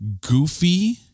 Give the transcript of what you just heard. goofy